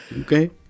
Okay